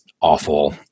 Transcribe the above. awful